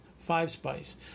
five-spice